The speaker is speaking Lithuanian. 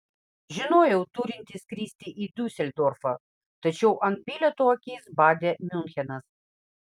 žinojau turinti skristi į diuseldorfą tačiau ant bilieto akis badė miunchenas